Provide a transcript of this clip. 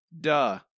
Duh